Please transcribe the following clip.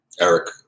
Eric